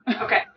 okay